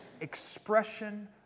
expression